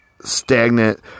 stagnant